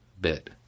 bit